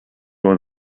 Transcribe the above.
was